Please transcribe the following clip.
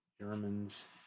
Germans